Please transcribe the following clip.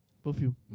Perfume